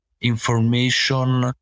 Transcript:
information